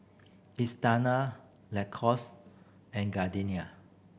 Isetana Lacoste and Gardenia